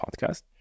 podcast